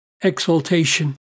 exaltation